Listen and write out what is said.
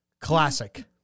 classic